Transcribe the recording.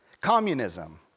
communism